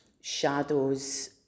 shadows